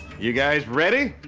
you guys ready?